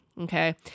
okay